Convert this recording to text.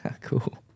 Cool